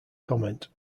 comment